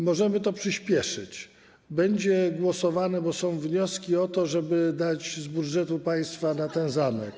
Możemy to przyspieszyć, będzie głosowanie, bo są wnioski o to, żeby dać z budżetu państwa na ten zamek.